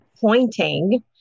pointing